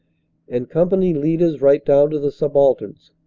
and company leaders right down to the subalterns.